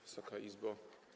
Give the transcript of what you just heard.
Wysoka Izbo!